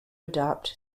adopt